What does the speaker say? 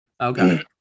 Okay